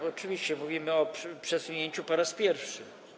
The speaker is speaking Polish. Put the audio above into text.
Oczywiście mówimy o przesunięciu po raz pierwszy.